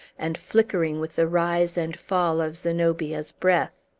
and flickering with the rise and fall of zenobia's breath.